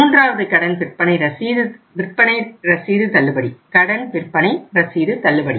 மூன்றாவது கடன் விற்பனை ரசீது தள்ளுபடி